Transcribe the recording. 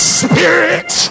spirit